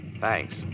Thanks